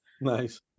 Nice